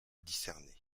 discerner